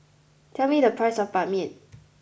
tell me the price of Ban Mian